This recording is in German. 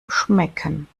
schmecken